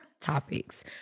topics